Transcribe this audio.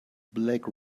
black